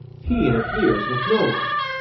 he interferes with no one.